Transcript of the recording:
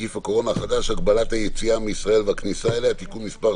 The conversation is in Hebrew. נגיף הקורונה החדש (הגבלת היציאה מישראל והכניסה אליה) (תיקון מס'